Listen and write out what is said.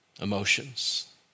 emotions